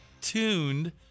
tuned